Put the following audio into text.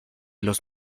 los